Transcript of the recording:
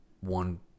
one